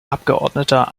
abgeordneter